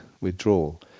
withdrawal